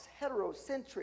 heterocentric